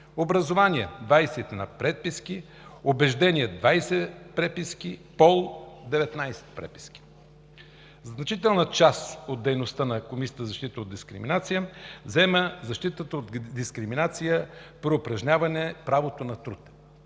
„образование“ – 21 преписки, „убеждение“ – 20 преписки, „пол“ – 19 преписки. Значителна част от дейността на Комисията за защита от дискриминация заема защитата от дискриминация при упражняване правото на труд.